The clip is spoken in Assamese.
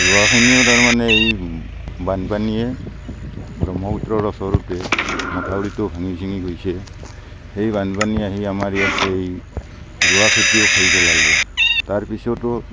ৰোৱাখিনিও তাৰমানে এই বানপানীয়ে ব্ৰহ্মপুত্ৰৰ ওচৰতে মঠাউৰিটো ভাঙি ছিঙি গৈছে সেই বানপানী আহি আমাৰ ইয়াতেই ৰোৱা খেতিও খাই পেলালে তাৰ পিছতো